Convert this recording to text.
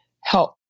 help